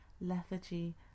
lethargy